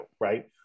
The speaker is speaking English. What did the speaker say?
right